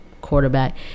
quarterback